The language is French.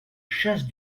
chasse